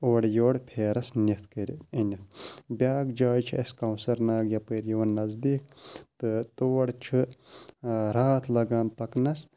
اورٕ یور پھیرَس نِتھ کٔرِتھ أنِتھ بیاکھ جاے چھےٚ اَسہِ کونسَر ناگ یَپٲرۍ یِوان نَزدیٖک تہٕ تور چھُ راتھ لَگان پَکنَس